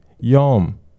Yom